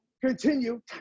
continue